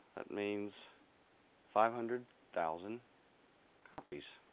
means five hundred thousand copies.